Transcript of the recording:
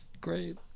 great